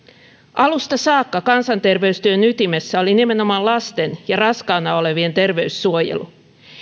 alusta saakka kansanter veystyön ytimessä oli nimenomaan lasten ja raskaana olevien terveyssuojelu